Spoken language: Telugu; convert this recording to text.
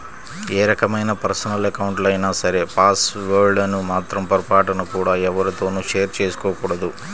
ఏ రకమైన పర్సనల్ అకౌంట్లైనా సరే పాస్ వర్డ్ లను మాత్రం పొరపాటున కూడా ఎవ్వరితోనూ షేర్ చేసుకోకూడదు